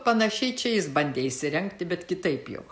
panašiai čia jis bandė įsirengti bet kitaip jau